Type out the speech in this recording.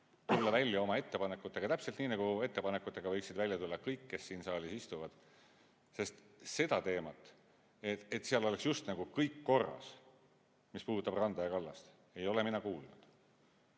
tulla välja oma ettepanekutega täpselt nii, nagu ettepanekutega võiksid välja tulla kõik, kes siin saalis istuvad. Sest seda teemat, et seal oleks just nagu kõik korras, mis puudutab randa ja kallast, ei ole mina kuulnud.